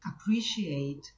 appreciate